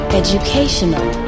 educational